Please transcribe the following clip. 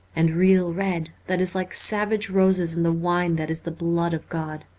and real red that is like savage roses and the wine that is the blood of god.